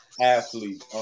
athlete